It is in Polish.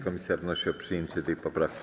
Komisja wnosi o przyjęcie tej poprawki.